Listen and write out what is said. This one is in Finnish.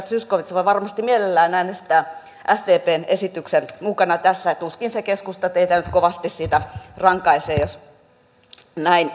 edustaja zyskowicz varmasti mielellään äänestää sdpn esityksen mukaisesti tässä ja tuskin se keskusta teitä nyt kovasti siitä rankaisisi jos näin tekisitte